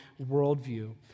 worldview